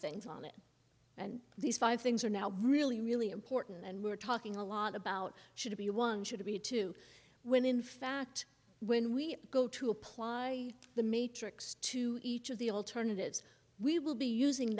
things on it and these five things are now really really important and we're talking a lot about should be one should be two when in fact when we go to apply the matrix to each of the alternatives we will be using